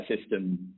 system